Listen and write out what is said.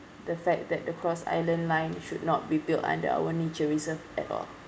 the fact that the cross island line should not be built under our nature reserve at all